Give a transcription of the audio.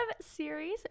series